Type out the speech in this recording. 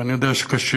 ואני יודע שקשה,